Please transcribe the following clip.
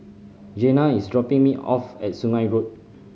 Jena is dropping me off at Sungei Road